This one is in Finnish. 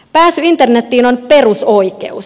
pääsy internetiin on perusoikeus